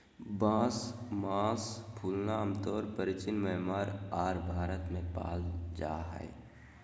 बांस मास फूलना आमतौर परचीन म्यांमार आर भारत में पाल जा हइ